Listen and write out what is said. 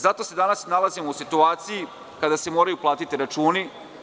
Zato se danas nalazimo u situaciji kada se moraju platiti računi.